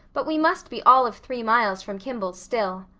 but we must be all of three miles from kimballs' still.